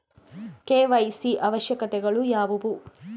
KYC ಅವಶ್ಯಕತೆಗಳು ಯಾವುವು?